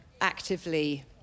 actively